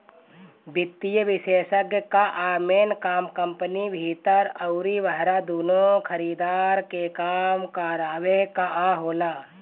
वित्तीय विषेशज्ञ कअ मेन काम कंपनी भीतर अउरी बहरा दूनो खरीदार से काम करावे कअ होला